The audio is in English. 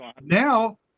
now